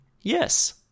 yes